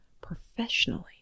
professionally